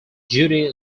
judy